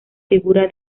figura